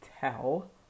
tell